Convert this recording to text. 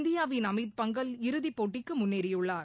இந்தியாவின் அமித் பங்கல் இறுதிப் போட்டிக்கு முன்னேறியுள்ளார்